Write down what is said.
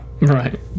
right